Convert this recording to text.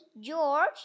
George